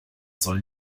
soll